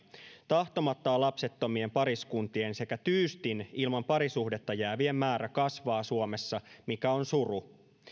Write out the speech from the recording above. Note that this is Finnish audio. tahtomattaan lapsettomien pariskuntien sekä tyystin ilman parisuhdetta jäävien määrä kasvaa suomessa mikä on suru